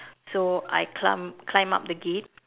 so I climb climb up the gate